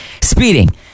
speeding